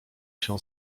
się